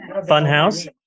Funhouse